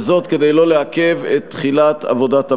וזאת כדי לא לעכב את תחילת עבודת הוועדות.